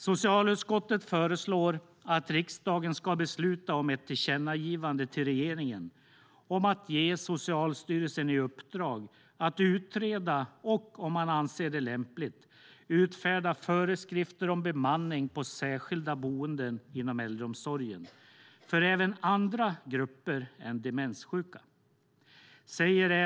Socialutskottet föreslår att riksdagen ska besluta om ett tillkännagivande till regeringen om att ge Socialstyrelsen i uppdrag att utreda och, om man anser det lämpligt, utfärda föreskrifter om bemanning på särskilda boenden inom äldreomsorgen för även andra grupper än demenssjuka.